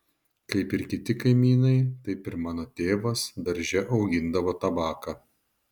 kaip ir kiti kaimynai taip ir mano tėvas darže augindavo tabaką